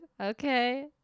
Okay